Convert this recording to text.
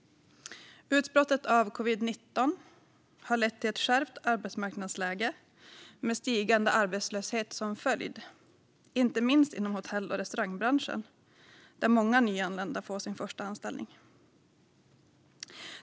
Utbrottet av covid-19 har lett till ett skärpt arbetsmarknadsläge med stigande arbetslöshet som följd, inte minst inom hotell och restaurangbranschen, där många nyanlända får sin första anställning.